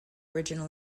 original